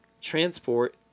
transport